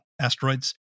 asteroids